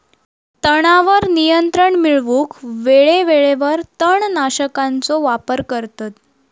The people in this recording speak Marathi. तणावर नियंत्रण मिळवूक वेळेवेळेवर तण नाशकांचो वापर करतत